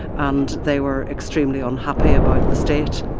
and they were extremely unhappy about the state